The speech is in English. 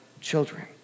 children